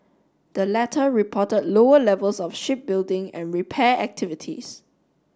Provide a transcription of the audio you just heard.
the latter reported lower levels of shipbuilding and repair activities